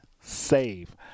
save